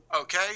okay